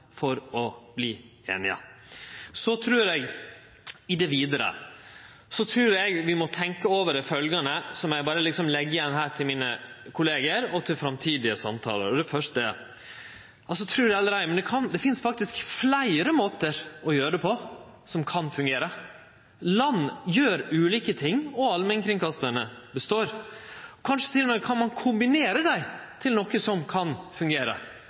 for å verte einige. I det vidare trur eg vi må tenkje over følgjande, som eg berre legg igjen her til mine kollegaer og framtidige samtalar. Og det første er: Tru det eller ei, men det finst faktisk fleire måtar å gjere det på som kan fungere. Land gjer ulike ting, og allmennkringkastarane held fram. Kanskje kan ein til og med kombinere dei til noko som kan fungere.